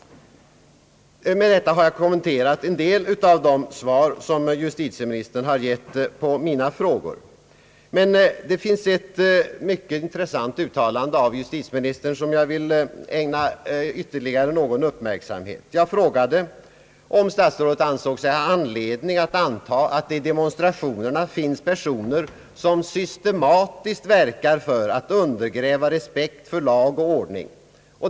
Med detta har jag kommenterat en del av de svar som justitieministern har lämnat på mina frågor, men det finns dock ytterligare ett mycket intressant uttalande av justitieministern som jag vill ägna ytterligare någon uppmärksamhet. Jag frågade om statsrådet ansåg sig ha anledning att antaga att det bland demonstranterna finns personer som systematiskt verkar för att undergräva respekt för lag och ordning.